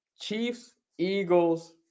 Chiefs-Eagles